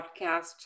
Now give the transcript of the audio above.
podcast